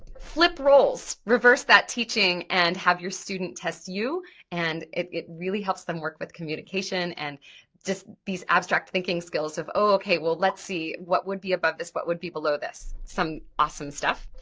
flip roles, reverse that teaching and have your student test you and it really helps them work with communication and just these abstract thinking skills of oh, okay, well let's see what would be above this, what would be below this. some awesome stuff,